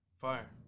Fire